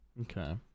Okay